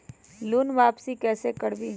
Loan वापसी कैसे करबी?